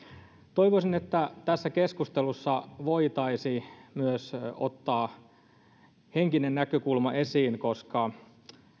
toivoisin että tässä keskustelussa voitaisiin ottaa myös henkinen näkökulma esiin koska